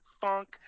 funk